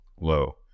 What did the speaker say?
low